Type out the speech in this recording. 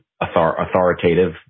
authoritative